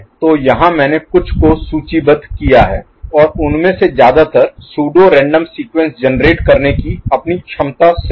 तो यहां मैंने कुछ को सूचीबद्ध किया है और उनमे से ज्यादातर सूडो रैंडम सीक्वेंस जेनेरेट करने की अपनी क्षमता से है